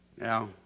Now